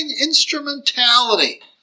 instrumentality